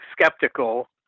skeptical